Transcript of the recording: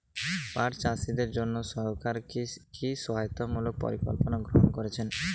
পাট চাষীদের জন্য সরকার কি কি সহায়তামূলক পরিকল্পনা গ্রহণ করেছে?